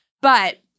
but-